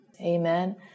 amen